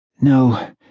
No